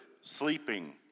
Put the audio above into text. sleeping